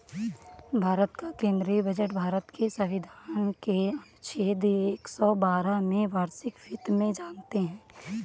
भारत का केंद्रीय बजट भारत के संविधान के अनुच्छेद एक सौ बारह में वार्षिक वित्त में जानते है